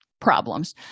problems